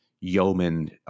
Yeoman